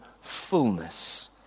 fullness